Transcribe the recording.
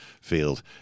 field